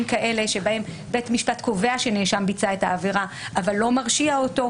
כאלה שבהם בית משפט קובע שנאשם ביצע את העבירה אבל לא מרשיע אותו,